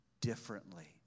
differently